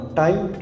time